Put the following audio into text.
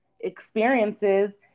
experiences